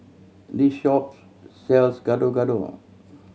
this shop sells Gado Gado